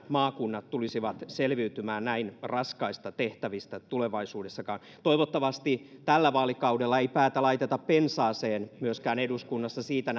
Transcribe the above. maakunnat tulisivat selviytymään näin raskaista tehtävistä tulevaisuudessakaan toivottavasti tällä vaalikaudella ei päätä laiteta pensaaseen myöskään eduskunnassa siitä